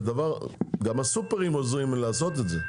וגם הסופרים עוזרים לעשות את זה,